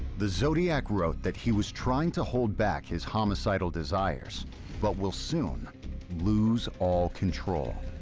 the zodiac wrote that he was trying to hold back his homicidal desires but will soon lose all control.